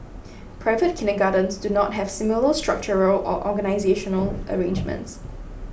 private kindergartens do not have similar structural or organisational arrangements